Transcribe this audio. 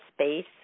space